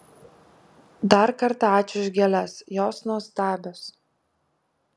dar kartą ačiū už gėles jos nuostabios